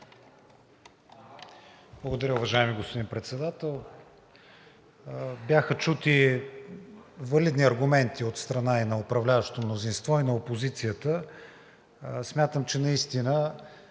Благодаря, уважаеми господин Председател. Бяха чути валидни аргументи от страна и на управляващото мнозинство, и на опозицията. Смятам, че решението